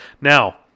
now